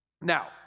Now